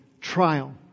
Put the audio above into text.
trial